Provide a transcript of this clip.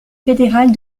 fédérale